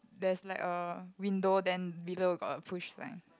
there's like a window then below got a push thing